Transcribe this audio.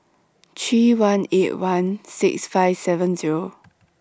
three one eight one six five seven Zero